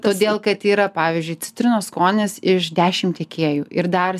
todėl kad yra pavyzdžiui citrinos skonis iš dešim tiekėjų ir dar